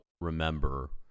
remember